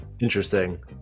Interesting